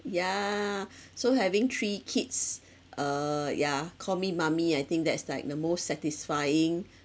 ya so having three kids uh yeah call me mummy I think that's like the most satisfying